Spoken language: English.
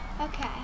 Okay